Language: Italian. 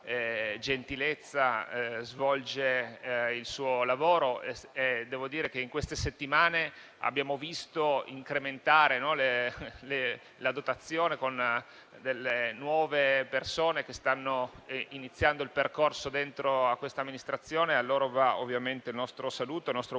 gentilezza svolge il suo lavoro. Devo dire che in queste settimane abbiamo visto incrementare la dotazione, con nuove persone che stanno iniziando il percorso dentro quest'Amministrazione. A loro va ovviamente il nostro saluto e il nostro augurio